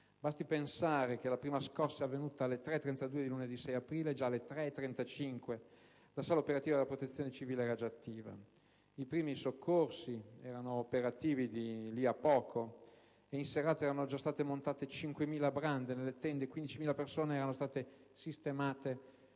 Basti pensare che la prima scossa è avvenuta alle ore 3,32 di lunedì 6 aprile e che già alle ore 3,35 la sala operativa della Protezione civile era attiva. I primi soccorsi erano operativi di lì a poco e in serata erano già state montate 5.000 brande nelle tende e 15.000 persone erano state sistemate